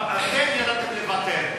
ואתם ידעתם לוותר.